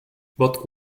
but